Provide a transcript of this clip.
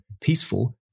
peaceful